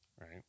right